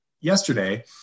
yesterday